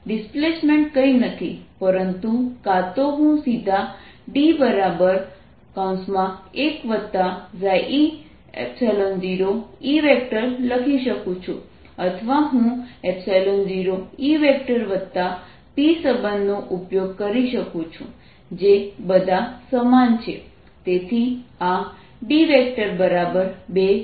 displacement કંઈ નથી પરંતુ કાં તો હું સીધા D1e0E લખી શકું છું અથવા હું 0E P સંબંધનો ઉપયોગ કરી શકું છું જે બધા સમાન છે